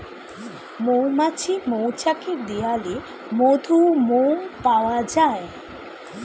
মৌমাছির মৌচাকের দেয়ালে মধু, মোম পাওয়া যায়